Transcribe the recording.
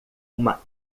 uma